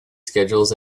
schedules